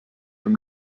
from